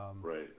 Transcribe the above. right